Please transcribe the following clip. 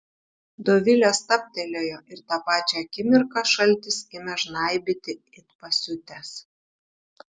dovilė stabtelėjo ir tą pačią akimirką šaltis ėmė žnaibyti it pasiutęs